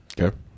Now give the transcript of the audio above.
Okay